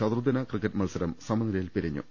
ചതുർദ്ദിന cricket മത്സരം സമനിലയിൽ പിരിഞ്ഞു